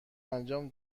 انجام